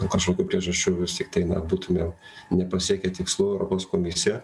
dėl kažkokių priežasčių vis tiktai na būtume nepasiekę tikslų europos komisija